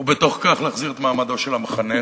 ובתוך כך להחזיר את מעמדו של המחנך,